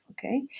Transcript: okay